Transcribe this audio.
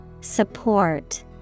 Support